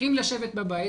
צריכים לשבת בבית.